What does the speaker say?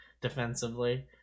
defensively